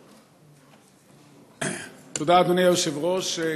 תודה, אדוני היושב-ראש.